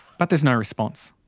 but there's no response.